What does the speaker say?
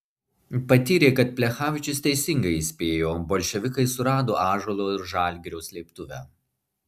patyrė kad plechavičius teisingai įspėjo bolševikai surado ąžuolo ir žalgirio slėptuvę